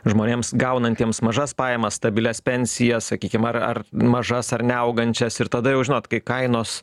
žmonėms gaunantiems mažas pajamas stabilias pensijas sakykim ar ar mažas ar neaugančias ir tada jau žinot kai kainos